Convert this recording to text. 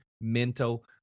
mental